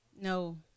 no